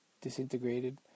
disintegrated